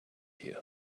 here